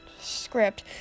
script